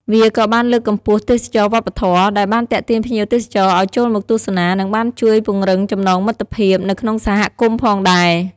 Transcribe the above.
វាក៏បានលើកកម្ពស់ ទេសចរណ៍វប្បធម៌ ដែលបានទាក់ទាញភ្ញៀវទេសចរឱ្យចូលមកទស្សនា និងបានជួយ ពង្រឹងចំណងមិត្តភាព នៅក្នុងសហគមន៍ផងដែរ។